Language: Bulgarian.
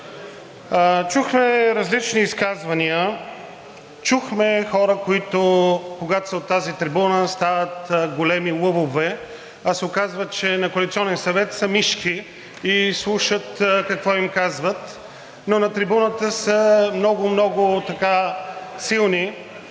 Чухме различни изказвания. Чухме хора, които, когато са на тази трибуна, стават големи лъвове, а се оказва, че на Коалиционен съвет са мишки и слушат какво им казват, но на трибуната са много, много силни.